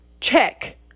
check